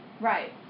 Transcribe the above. Right